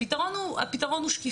הפתרון הוא שקיפות.